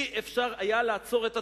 לא היה אפשר לעצור את הטרור.